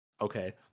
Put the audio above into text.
okay